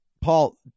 Paul